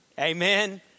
Amen